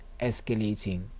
escalating